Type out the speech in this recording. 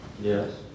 Yes